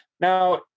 Now